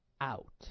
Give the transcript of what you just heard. out